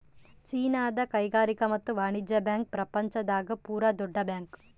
ಚೀನಾದ ಕೈಗಾರಿಕಾ ಮತ್ತು ವಾಣಿಜ್ಯ ಬ್ಯಾಂಕ್ ಪ್ರಪಂಚ ದಾಗ ಪೂರ ದೊಡ್ಡ ಬ್ಯಾಂಕ್